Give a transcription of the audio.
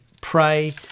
pray